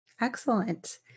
Excellent